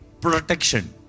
protection